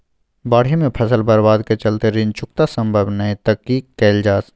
बाढि में फसल बर्बाद के चलते ऋण चुकता सम्भव नय त की कैल जा?